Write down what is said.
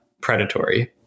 predatory